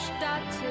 Stadt